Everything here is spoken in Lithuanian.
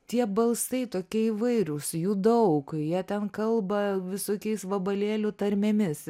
tie balsai tokie įvairūs jų daug jie ten kalba visokiais vabalėlių tarmėmis